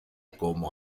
como